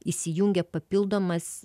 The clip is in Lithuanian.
įsijungia papildomas